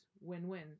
win-win